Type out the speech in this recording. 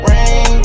Rain